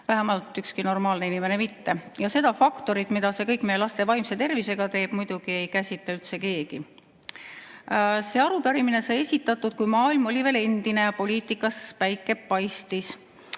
vähemalt ükski normaalne inimene mitte. Ja seda faktorit, mida see kõik meie laste vaimse tervisega teeb, muidugi ei käsitle üldse keegi. See arupärimine sai esitatud siis, kui maailm oli veel endine ja poliitikas päike paistis.